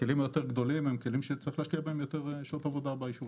הכלים היותר גדולים הם כלים שצריך להשקיע בהם יותר שעות עבודה באישורים.